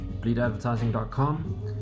bleedadvertising.com